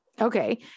Okay